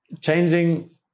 changing